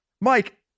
Mike